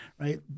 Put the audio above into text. right